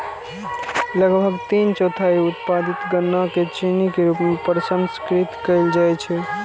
लगभग तीन चौथाई उत्पादित गन्ना कें चीनी के रूप मे प्रसंस्कृत कैल जाइ छै